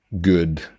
good